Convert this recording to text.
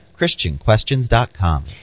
ChristianQuestions.com